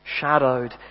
shadowed